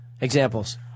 examples